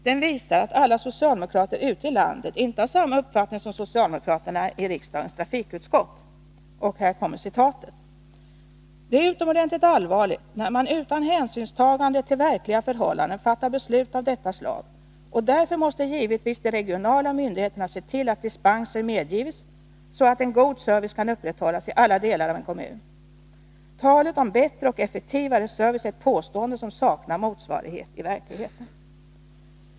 Den visar att inte alla socialdemokrater ute i landet har samma uppfattning som socialdemokraterna i riksdagens trafikutskott: ”Det är utomordentligt allvarligt, när man utan hänsynstagande till verkliga förhållanden fattar beslut av detta slag och därför måste givetvis de regionala myndigheterna se till att dispenser medgives, så att en god service kan upprätthållas i alla delar av en kommun. Talet om bättre och effektivare service är ett påstående, som saknar motsvarighet i verkligheten.